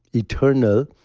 eternal,